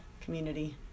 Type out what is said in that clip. community